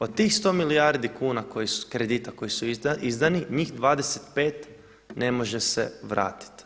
Od tih 100 milijardi kuna kredita koji su izdani, njih 25 ne može se vratiti.